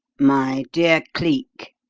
my dear cleek,